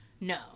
No